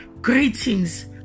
Greetings